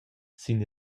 sin